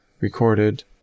recorded